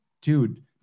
dude